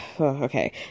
okay